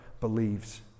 believes